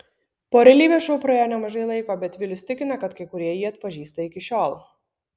po realybės šou jau praėjo nemažai laiko bet vilius tikina kad kai kurie jį atpažįsta iki šiol